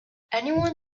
anyone